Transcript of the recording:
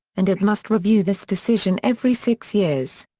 and it must review this decision every six years.